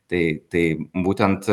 tai tai būtent